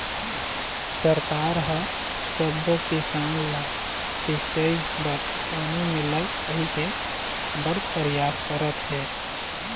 सरकार ह सब्बो किसान ल सिंचई बर पानी मिलय कहिके बड़ परयास करत हे